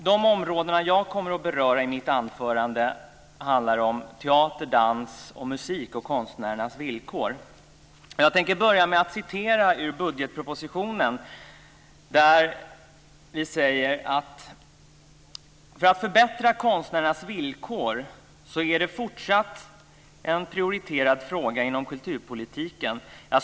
De områden som jag kommer att beröra i mitt anförande handlar om teater, dans, musik och konstnärernas villkor. Jag kan börja med att citera ur budgetpropositionen där man säger bl.a. att förbättra konstnärernas villkor är det fortsatt en prioriterad fråga inom kulturpolitiken.